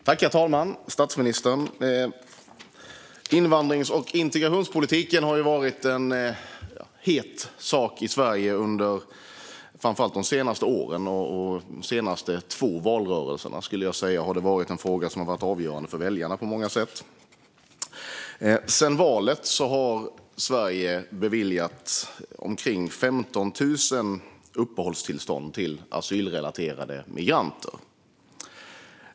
Herr talman och statsministern! Invandrings och integrationspolitiken har varit en het sak i Sverige under framför allt de senaste åren. Under de två senaste valrörelserna har den, skulle jag säga, varit en fråga som varit avgörande för väljarna på många sätt. Sedan valet har Sverige beviljat omkring 15 000 uppehållstillstånd till asylrelaterade migranter.